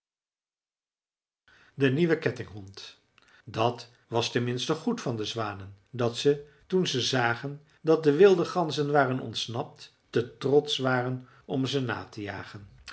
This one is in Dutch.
de nieuwe kettinghond dat was ten minste goed van de zwanen dat ze toen ze zagen dat de wilde ganzen waren ontsnapt te trotsch waren om ze na te jagen